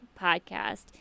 podcast